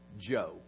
Job